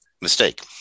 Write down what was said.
mistake